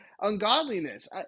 Ungodliness